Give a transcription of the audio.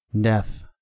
Death